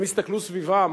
הם יסתכלו סביבם,